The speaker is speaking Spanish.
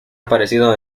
aparecido